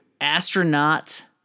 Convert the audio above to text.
astronaut